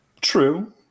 true